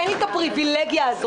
אין לי את הפריווילגיה הזאת.